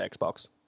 Xbox